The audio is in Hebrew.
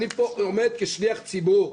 אני עומד פה כשליח ציבור.